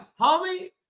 homie